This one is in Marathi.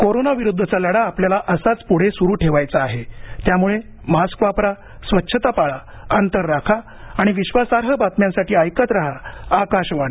कोरोनाविरुद्धचा लढा आपल्याला असाच पुढे सुरू ठेवायचा आहे त्यामुळं मास्क वापरा स्वच्छता पाळा अंतर राखा आणि विश्वासार्ह बातम्यांसाठी ऐकत राहा आकाशवाणी